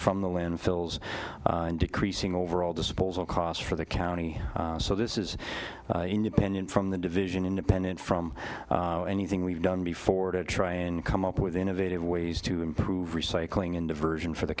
from the landfills and decreasing overall disposal costs for the county so this is independent from the division independent from anything we've done before to try and come up with innovative ways to improve recycling and diversion for the